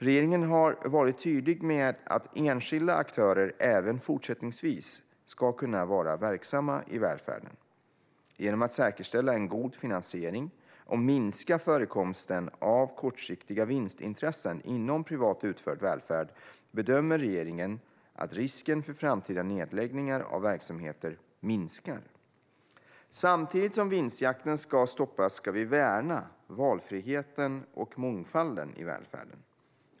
Regeringen har varit tydlig med att enskilda aktörer även fortsättningsvis ska kunna vara verksamma i välfärden. Genom att säkerställa en god finansiering och minska förekomsten av kortsiktiga vinstintressen inom privat utförd välfärd bedömer regeringen att risken för framtida nedläggningar av verksamheter minskar. Samtidigt som vinstjakten ska stoppas ska vi värna valfriheten och mångfalden i välfärden.